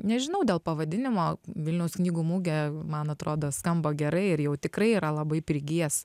nežinau dėl pavadinimo vilniaus knygų mugė man atrodo skamba gerai ir jau tikrai yra labai prigijęs